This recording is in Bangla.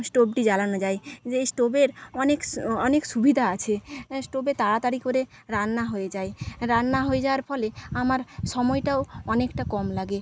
স্টোভটি জ্বালানো যায় যেই স্টোভের অনেকস অনেক সুবিধা আছে স্টোভে তাড়াতাড়ি করে রান্না হয়ে যায় রান্না হয়ে যাওয়ার ফলে আমার সময়টাও অনেকটা কম লাগে